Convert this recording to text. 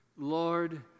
Lord